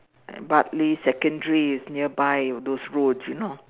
Bartley Secondary is nearby those roads you know